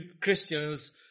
Christians